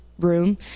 room